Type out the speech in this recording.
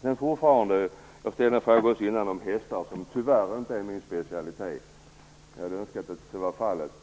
Jag ställde också tidigare en fråga om hästar, som tyvärr inte är min specialitet, även om jag skulle önska att så var fallet.